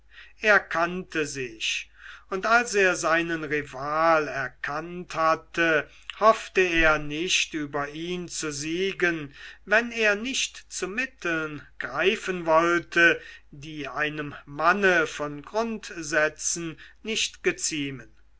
er kannte sich und als er seinen rival erkannt hatte hoffte er nicht über ihn zu siegen wenn er nicht zu mitteln greifen wollte die einem manne von grundsätzen nicht geziemen